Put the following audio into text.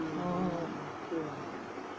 mm